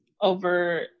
over